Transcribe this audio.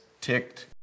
ticked